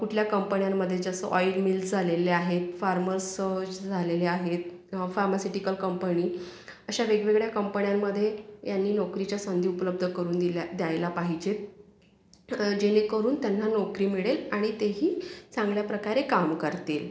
कुठल्या कंपण्यांमध्ये जसं ऑइल मिल झालेल्या आहेत फार्मस झालेले आहेत फार्मासिटिकल कंपणी अशा वेगवेगळ्या कंपण्यांमध्ये यांनी नोकरीच्या संधी उपलब्ध करून दिल्या द्यायला पाहिजेत जेणेकरून त्यांना नोकरी मिळेल आणि तेही चांगल्या प्रकारे काम करतील